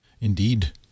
Indeed